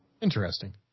Interesting